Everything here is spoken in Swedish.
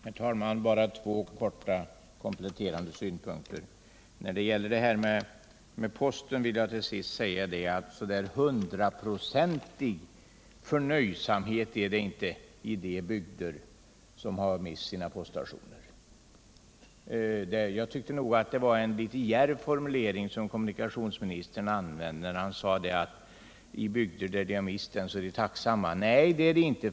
Herr talman! Bara två korta kompletterande synpunkter. Beträffande posten vill jag säga att någon hundraprocentig förnöjsamhet är det är de inte. Vid ett protestmöte i Västra Ämtervik, varifrån jag har några kommunikationsministern använde en något djärv formulering när han sade att människorna är tacksamma i de bygder där de har mist poststationen. Nej, det är de inte.